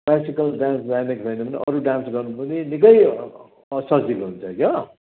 classical dance जानेको छैन भने अरू डान्स गर्नु पनि निकै असजिलो हुन्छ क्याउ